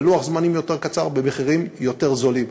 בלוח-זמנים יותר קצר ובמחירים יותר נמוכים.